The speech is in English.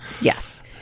Yes